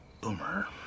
Boomer